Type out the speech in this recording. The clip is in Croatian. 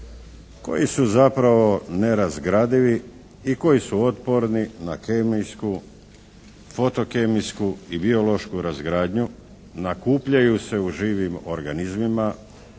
koji su zapravo nerazgradivi i koji su otporni na kemijsku, fotokemijsku i biološku razgradnju, nakupljaju se u živim organizmima,